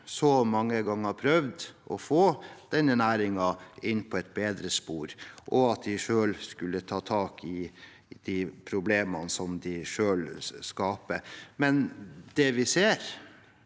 vi mange ganger har prøvd å få denne næringen inn på et bedre spor, at de selv skal ta tak i de problemene de skaper, men det vi ser,